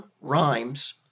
rhymes